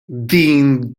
din